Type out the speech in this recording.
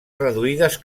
reduïdes